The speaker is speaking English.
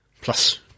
Plus